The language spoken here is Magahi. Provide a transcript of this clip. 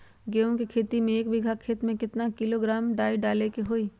गेहूं के खेती में एक बीघा खेत में केतना किलोग्राम डाई डाले के होई?